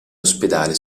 ospedale